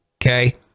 okay